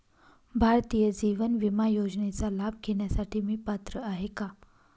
भारतीय जीवन विमा योजनेचा लाभ घेण्यासाठी मी पात्र आहे का?